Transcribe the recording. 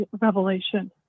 revelation